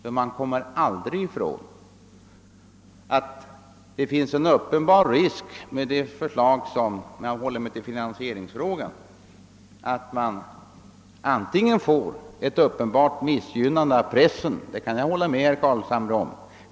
Om jag nu håller mig till finansieringsfrågan finns det en uppenbar risk, att det blir ett klart missgynnande av pressen. Det kan jag hålla med herr Carlshamre om.